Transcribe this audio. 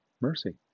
mercy